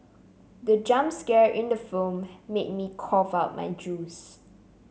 the jump scare in the film made me cough out my juice